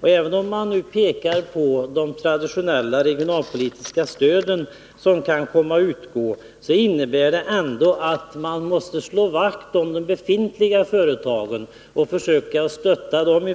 Och även om han nu pekar på de traditionella regionalpolitiska stöd som kan komma att utgå, måste han väl ändå i första hand slå vakt om de befintliga företagen och försöka stötta dem,